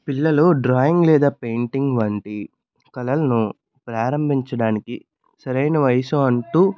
పిల్లలు డ్రాయింగ్ లేదా పెయింటింగ్ వంటి కళలను ప్రారంభించడానికి సరైన వయస్సు అంటూ